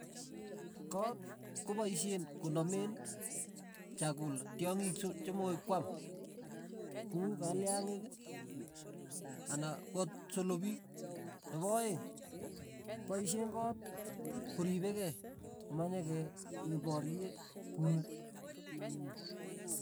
Koot kopaishe konamen chakula, tyongik cho chomokoi kwam, ku kalyangik, anan kot solopik, nepo aeng' paishen koot koripe kei, manyeke keporie punik.